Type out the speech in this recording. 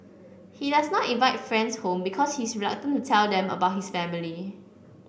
he does not invite friends home because he is reluctant to tell them about his family